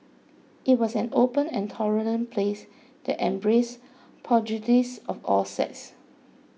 it was an open and tolerant place that embraced pugilists of all sects